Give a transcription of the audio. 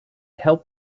helped